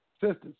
Sisters